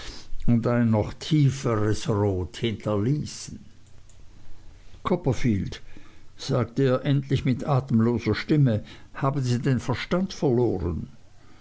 und ein noch tieferes rot hinterließen copperfield sagte er endlich mit atemloser stimme haben sie den verstand verloren